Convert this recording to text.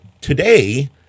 today